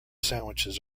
sandwiches